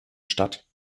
statt